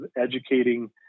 educating